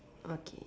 okay